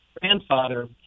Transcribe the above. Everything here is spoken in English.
Grandfather